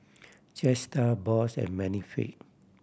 Jetstar Bosch and Benefit